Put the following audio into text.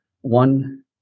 one